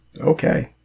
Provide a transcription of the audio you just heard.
okay